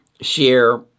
share